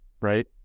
right